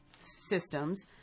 systems